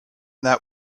that